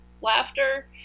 laughter